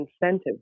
incentive